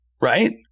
Right